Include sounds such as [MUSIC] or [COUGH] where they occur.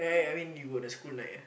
mm [BREATH]